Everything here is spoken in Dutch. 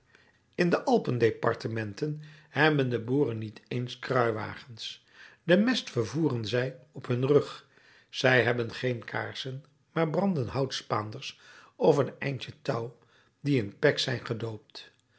in de alpendepartementen hebben de boeren niet eens kruiwagens den mest vervoeren zij op hun rug zij hebben geen kaarsen maar branden houtspaanders of eindjes touw die in pek zijn gedoopt